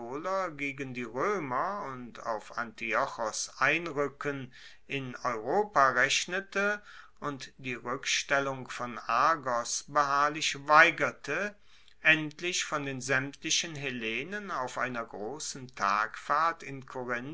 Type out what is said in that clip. gegen die roemer und auf antiochos einruecken in europa rechnete und die rueckstellung von argos beharrlich weigerte endlich von den saemtlichen hellenen auf einer grossen tagfahrt